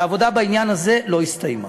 והעבודה בעניין הזה לא הסתיימה.